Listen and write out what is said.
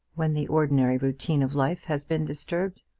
when the ordinary routine of life has been disturbed!